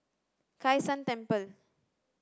Kai San Temple